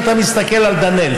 אם אתה מסתכל על דנאל,